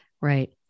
Right